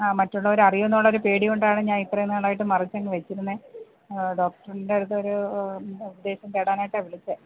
ആ മറ്റുള്ളവരറിയോന്നുള്ളൊരു പേടികൊണ്ടാണ് ഞാന് ഇത്രയും നാളായിട്ട് മറച്ചങ്ങു വച്ചിരുന്നെ ഡോക്ടറിൻറ്റടുത്തൊരു നിർദ്ദേശം തേടാനായിട്ടാണ് വിളിച്ചെ